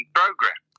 program